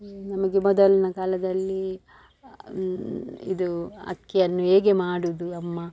ನಮಗೆ ಮೊದಲಿನ ಕಾಲದಲ್ಲಿ ಇದು ಅಕ್ಕಿಯನ್ನು ಹೇಗೆ ಮಾಡುವುದು ಅಮ್ಮ